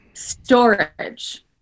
storage